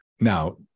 Now